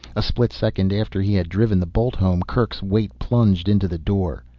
a split second after he had driven the bolt home kerk's weight plunged into the door.